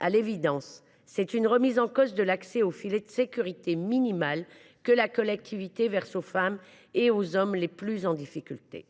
À l’évidence, c’est une remise en cause de l’accès au filet de sécurité minimal que la collectivité verse aux femmes et aux hommes le plus en difficulté.